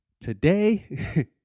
today